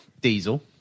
Diesel